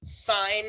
fine